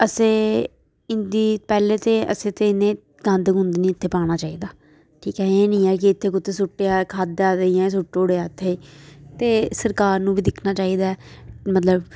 असें इं'दी पैह्ले ते असें ते इ'नें गन्द गुन्द नी इत्थें पाना चाहिदा ठीक ऐ एह् नी ऐ कि इत्थें सुट्टेआ खाद्धा ते इ'यां सुट्टू उड़ेआ इत्थें ते सरकार नू बी दिक्खना चाहिदा ऐ मतलब